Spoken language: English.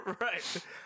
Right